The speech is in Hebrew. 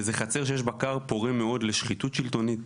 וזו חצר שיש בה כר פורה מאוד לשחיתות שלטונית,